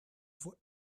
for